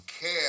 care